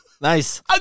nice